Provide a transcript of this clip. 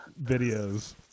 videos